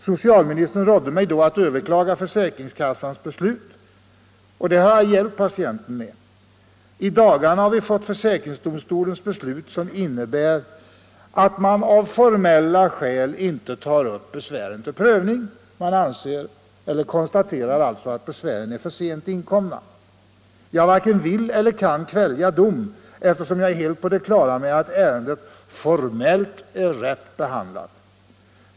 Socialministern rådde mig då att överklaga försäkringskassans beslut. Detta har jag hjälpt patienten med, och i dagarna har vi fått försäkringsdomstolens beslut, som innebär att man av formella skäl inte tar upp besvären till prövning. Man konstaterar att besvären är för sent inkomna. Jag varken vill eller kan kvälja dom, eftersom jag är helt på det klara med att ärendet formellt är rätt behandlat.